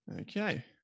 Okay